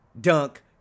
dunk